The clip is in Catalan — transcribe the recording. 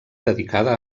dedicada